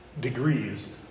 degrees